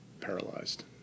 paralyzed